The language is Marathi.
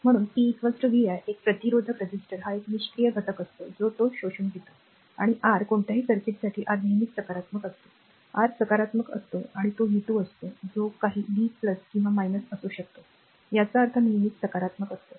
म्हणून p vi एक प्रतिरोधक हा एक निष्क्रिय घटक असतो जो तो शोषून घेतो आणि आर कोणत्याही सर्किटसाठी आर नेहमीच सकारात्मक असतो आर सकारात्मक असतो आणि तो व्ही 2 असतो जो काही व्ही किंवा असू शकतो याचा अर्थ नेहमीच सकारात्मक असतो